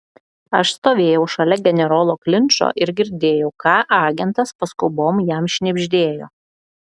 aš stovėjau šalia generolo klinčo ir girdėjau ką agentas paskubom jam šnibždėjo